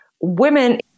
women